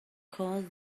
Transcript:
cause